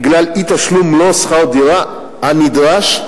בגלל אי-תשלום מלוא שכר הדירה הנדרש,